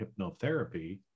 hypnotherapy